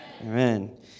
Amen